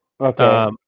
Okay